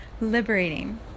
liberating